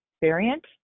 variant